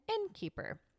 innkeeper